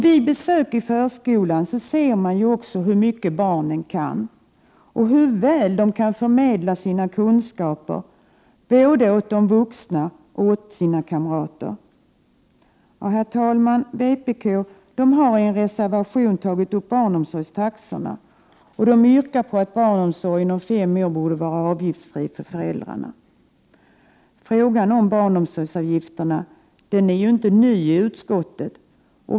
Vid besök i förskolan ser man ju också hur mycket barnen kan och hur | väl de kan förmedla sina kunskaper både till vuxna och till sina kamrater. Herr talman! Vpk har i en reservation tagit upp barnomsorgstaxorna och yrkar att barnomsorgen om fem år bör vara avgiftsfri för föräldrarna. Frågan om barnomsorgsavgifterna är ju inte ny för utskottet.